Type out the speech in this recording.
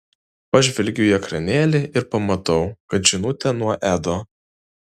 pažvelgiu į ekranėlį ir pamatau kad žinutė nuo edo